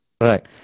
Right